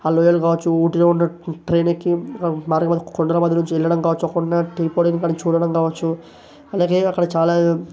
ఆ లోయలు కావచ్చు ఊటీలో ఉండే ట్రైన్ ఎక్కి మార్గం మధ్య కొండల మధ్య నుంచి వెళ్ళడం కావచ్చు అక్కడున్న టీ పొడిని కాని చూడడం కావచ్చు అలాగే అక్కడ చాలా